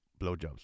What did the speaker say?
blowjobs